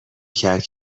کرد